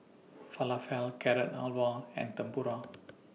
Falafel Carrot Halwa and Tempura